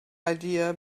idea